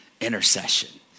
intercession